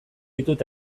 ditut